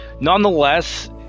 nonetheless